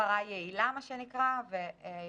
הפרה יעילה ויכולת